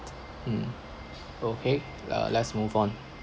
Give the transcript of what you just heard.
um okay uh let's move on